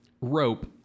rope